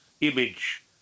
image